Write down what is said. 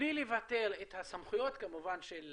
בלי לבטל את הסמכויות כמובן של